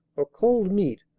or cold meat,